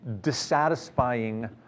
dissatisfying